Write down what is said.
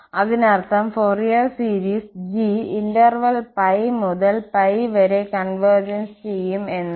അതിനർത്ഥം Fourier series g interval −π മുതൽ π വരെ കൺവെർജ്സ് ചെയ്യും എന്നാണ്